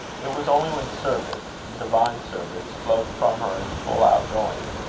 it was only when service divine service flowed from her in full outgoing,